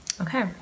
okay